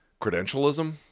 credentialism